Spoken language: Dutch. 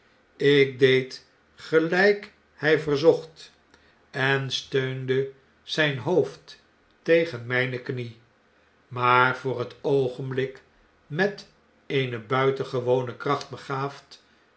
ik deed gelijk hij verzocht en steunde zijn hoofd tegen mijne knie maar voor het oogenblik met eene buitengewone kracht begaafd